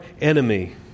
enemy